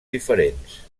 diferents